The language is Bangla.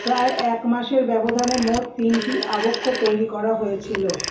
প্রায় এক মাসের ব্যবধানে মোট তিনটি আবক্ষ তৈরি করা হয়েছিল